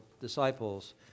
disciples